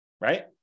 Right